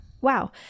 wow